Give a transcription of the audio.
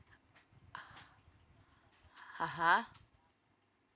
ah (uh huh)